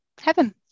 heaven